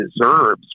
deserves